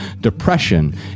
depression